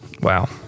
wow